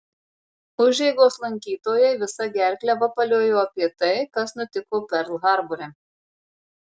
užeigos lankytojai visa gerkle vapaliojo apie tai kas nutiko perl harbore